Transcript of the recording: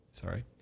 Sorry